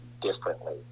differently